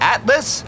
Atlas